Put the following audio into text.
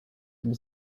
will